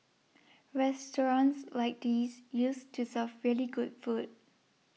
restaurants like these used to serve really good food